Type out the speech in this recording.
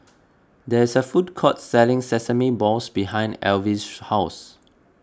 there is a food court selling Sesame Balls behind Alvy's house